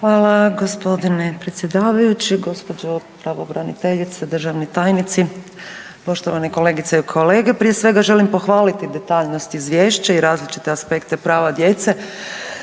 Hvala gospodine predsjedavajući, gospođo pravobranitelje, državni tajnici, poštovane kolegice i kolege. Prije svega želim pohvaliti detaljnost Izvješća i različite aspekte prava djece